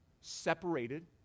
separated